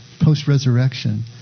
post-resurrection